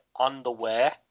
underwear